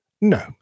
No